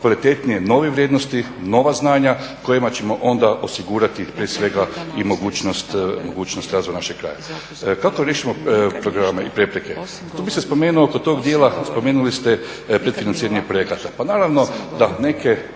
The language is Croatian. kvalitetnije, nove vrijednosti, nova znanja kojima ćemo onda osigurati prije svega i mogućnost razvoja našeg kraja. Kako da riješimo programe i prepreke? Tu bih se spomenuo oko tog dijela, spomenuli ste pretfinanciranje projekata. Pa naravno da neke